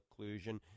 occlusion